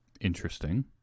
Interesting